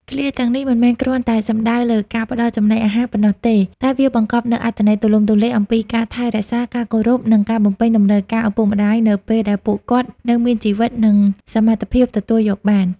ឃ្លាទាំងនេះមិនមែនគ្រាន់តែសំដៅលើការផ្តល់ចំណីអាហារប៉ុណ្ណោះទេ តែវាបង្កប់នូវអត្ថន័យទូលំទូលាយអំពីការថែរក្សា ការគោរព និងការបំពេញតម្រូវការឪពុកម្តាយនៅពេលដែលពួកគាត់នៅមានជីវិត និងសមត្ថភាពទទួលយកបាន។